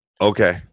okay